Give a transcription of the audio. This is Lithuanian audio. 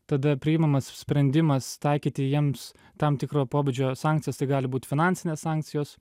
tada priimamas sprendimas taikyti jiems tam tikro pobūdžio sankcijas tai gali būt finansinės sankcijos